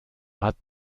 hat